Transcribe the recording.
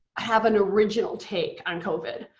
have an original take on covid.